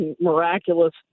miraculous